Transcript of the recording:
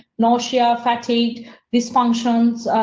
nausea, fatty dysfunctions,